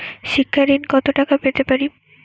শিক্ষা ঋণ কত টাকা পেতে পারি?